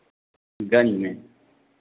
गंज में